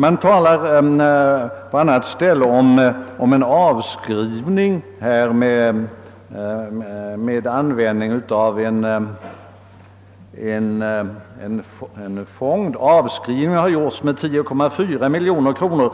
På ett annat ställe talar man om en avskrivning med användandet av en fond. Avskrivning hade gjorts med 10,4 miljoner kronor,